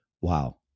wow